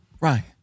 Ryan